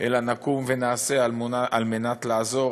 אלא נקום ונעשה על מנת לעזור,